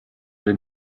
den